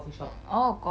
oh coffeeshop